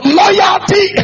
loyalty